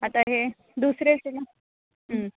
आतां हें दुसरें